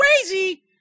crazy